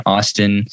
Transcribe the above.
Austin